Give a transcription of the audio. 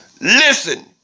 Listen